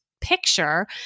Picture